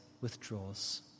withdraws